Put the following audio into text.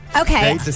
Okay